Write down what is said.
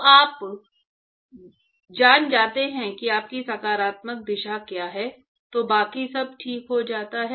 तो आप जान जाते हैं कि आपकी सकारात्मक दिशा क्या है तो बाकी सब ठीक हो जाता है